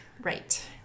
right